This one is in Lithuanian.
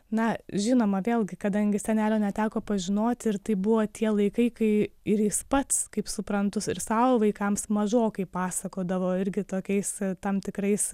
na žinoma vėlgi kadangi senelio neteko pažinoti ir tai buvo tie laikai kai ir jis pats kaip suprantu ir savo vaikams mažokai pasakodavo irgi tokiais tam tikrais